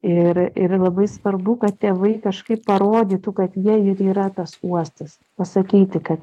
ir ir labai svarbu kad tėvai kažkaip parodytų kad jie ir yra tas uostas pasakyti kad